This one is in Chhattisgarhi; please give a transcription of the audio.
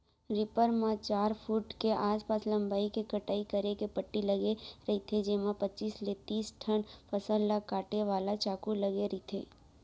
रीपर म चार फूट के आसपास लंबई के कटई करे के पट्टी लगे रहिथे जेमा पचीस ले तिस ठन फसल ल काटे वाला चाकू लगे रहिथे